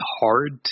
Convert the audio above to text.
hard